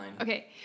Okay